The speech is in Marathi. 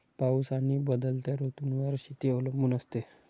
पाऊस आणि बदलत्या ऋतूंवर शेती अवलंबून असते